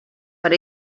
per